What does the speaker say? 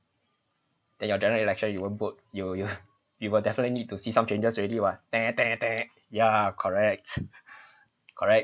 then your general election you will vote you you you will definitely need to see some changes already [what] ya correct correct